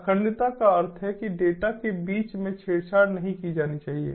अखंडता का अर्थ है कि डेटा के बीच में छेड़छाड़ नहीं की जानी चाहिए